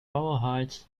hyde